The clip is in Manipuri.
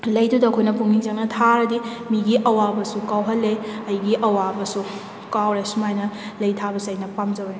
ꯂꯩꯗꯨꯗ ꯑꯩꯈꯣꯏꯅ ꯄꯨꯛꯅꯤꯡ ꯆꯪꯅ ꯊꯥꯔꯗꯤ ꯃꯤꯒꯤ ꯑꯋꯥꯕꯁꯨ ꯀꯥꯎꯍꯜꯂꯦ ꯑꯩꯒꯤ ꯑꯋꯥꯕꯁꯨ ꯀꯥꯎꯔꯦ ꯁꯨꯃꯥꯏꯅ ꯂꯩ ꯊꯥꯕꯁꯦ ꯑꯩꯅ ꯄꯥꯝꯖꯔꯤꯅꯤ